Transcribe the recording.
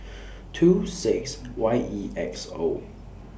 two six Y E X O